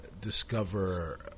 discover